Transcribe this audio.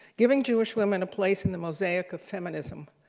giving jewish women a place in the mosaic of feminism.